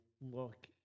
look